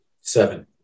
Seven